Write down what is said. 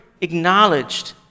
acknowledged